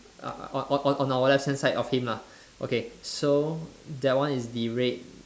uh on on on our left hand side of him lah okay so that one is the red